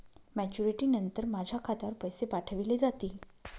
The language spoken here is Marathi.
मॅच्युरिटी नंतर माझ्या खात्यावर पैसे पाठविले जातील?